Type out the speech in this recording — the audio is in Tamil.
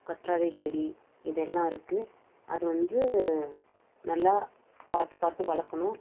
கற்றாழை செடி இது எல்லாம் இருக்குது அது வந்து நல்லா பார்த்து பார்த்து வளர்க்குணும்